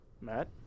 Matt